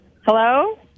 Hello